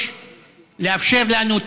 יש לאפשר לנו תכנון,